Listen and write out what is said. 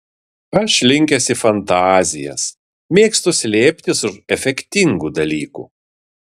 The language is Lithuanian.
aš linkęs į fantazijas mėgstu slėptis už efektingų dalykų